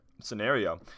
scenario